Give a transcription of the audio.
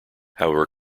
however